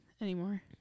anymore